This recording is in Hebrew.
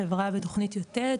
חברה ותוכנית יתד,